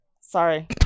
Sorry